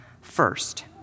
First